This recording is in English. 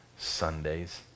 Sundays